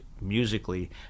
musically